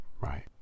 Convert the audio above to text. Right